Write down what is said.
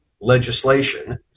legislation